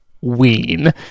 ween